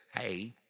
hey